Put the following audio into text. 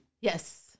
Yes